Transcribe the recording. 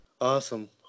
Awesome